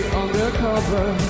undercover